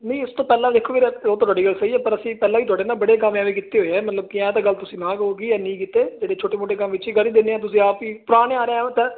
ਨਹੀਂ ਉਸ ਤੋਂ ਪਹਿਲਾਂ ਦੇਖੋ ਵੀ ਤੁਹਾਡੀ ਗੱਲ ਸਹੀ ਹੈ ਪਰ ਅਸੀਂ ਪਹਿਲਾਂ ਹੀ ਤੁਹਾਡੇ ਨਾਲ ਬੜੇ ਕਮ ਕੀਤੇ ਹੋਏ ਆ ਮਤਲਬ ਕਿ ਤਾਂ ਗੱਲ ਤੁਸੀਂ ਨਾ ਕਹੋਗੀ ਇਨੀ ਕੀਤੇ ਜਿਹੜੇ ਛੋਟੇ ਮੋਟੇ ਕੰਮ ਵਿੱਚ ਕੱਢੀ ਦਿੰਦੇ ਤੁਸੀਂ ਆਪ